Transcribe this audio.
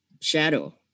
shadow